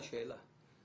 לו